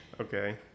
Okay